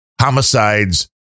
homicides